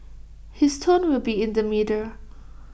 his tone will be in the middle